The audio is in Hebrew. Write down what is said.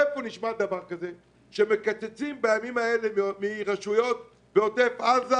איפה נשמע דבר כזה שמקצצים בימים האלה מרשויות בעוטף עזה